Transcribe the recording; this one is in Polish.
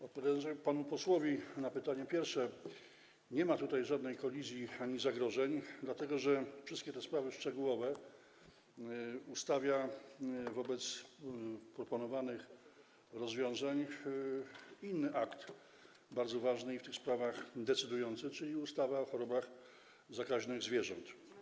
Odpowiadając panu posłowi na pytanie pierwsze, powiem, że nie ma tutaj żadnej kolizji ani żadnych zagrożeń, dlatego że wszystkie te sprawy szczegółowe ustawia wobec proponowanych rozwiązań inny akt, bardzo ważny i w tych sprawach decydujący, czyli ustawa o chorobach zakaźnych zwierząt.